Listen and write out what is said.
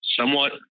somewhat